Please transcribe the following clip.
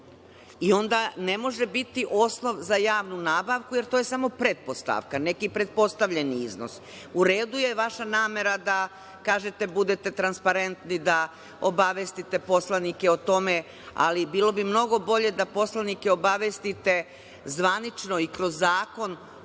Onda ne može biti osnov za javnu nabavku jer to je samo pretpostavka, neki pretpostavljen iznos. U redu je vaša namera da kažete, budete transparentni, da obavestite poslanike o tome, ali bilo bi mnogo bolje da poslanike obavestite zvanično i kroz Zakon